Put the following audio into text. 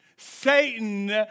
Satan